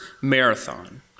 marathon